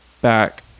Back